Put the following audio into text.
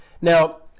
Now